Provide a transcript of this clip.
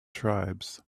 tribes